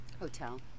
Hotel